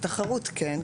בתחרות כן,